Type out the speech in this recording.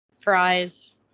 fries